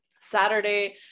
saturday